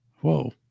Whoa